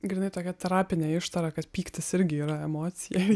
grynai tokia terapinė ištara kad pyktis irgi yra emocija